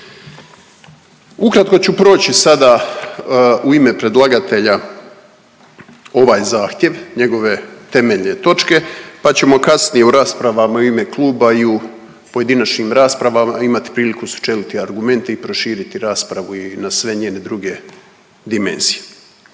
Ukratko ću proći sada u ime predlagatelja ovaj zahtjev, njegove temeljne točke, pa ćemo kasnije u raspravama u ime kluba i u pojedinačnim raspravama imati priliku sučeliti argumente i proširiti raspravu i na sve njene druge dimenzije.